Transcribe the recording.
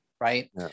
right